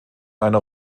eine